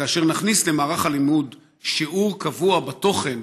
וכאשר נכניס למערך הלימוד שיעור קבוע בתוכן,